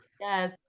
yes